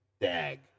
Dag